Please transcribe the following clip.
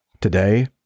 Today